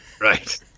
Right